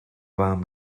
vám